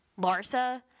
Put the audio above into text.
Larsa